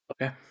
Okay